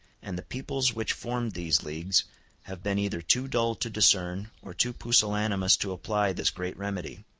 and the peoples which formed these leagues have been either too dull to discern, or too pusillanimous to apply this great remedy.